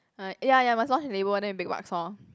uh ya ya must then big bucks lor